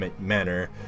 manner